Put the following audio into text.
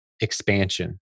expansion